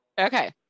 Okay